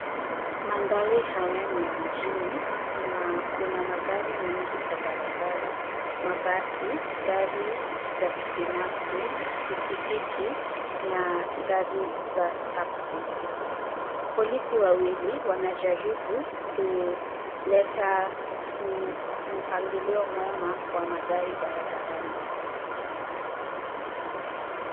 Mandhari haya ni ya mjini na kuna magari mengi kwa barabara. Mabasi , gari za kibinafsi, pikipiki na gari za taksi. Polisi wawili wanajaribu kuleta mpangilio mwema wa magari barabarani.